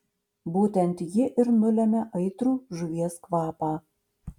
būtent ji ir nulemia aitrų žuvies kvapą